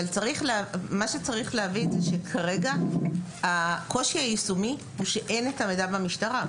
מה שצריך להבין זה שכרגע הקושי היישומי הוא שאין את המידע במשטרה.